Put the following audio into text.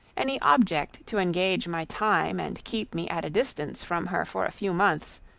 any object to engage my time and keep me at a distance from her for a few months,